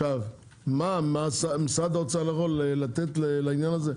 עכשיו, מה משרד האוצר יכול לתת לעניין הזה?